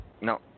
No